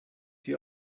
dir